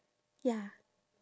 ya